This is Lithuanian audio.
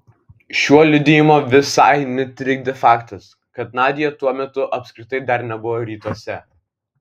šio liudijimo visai netrikdė faktas kad nadia tuo metu apskritai dar nebuvo rytuose